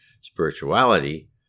spirituality